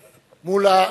מולה.